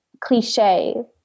cliche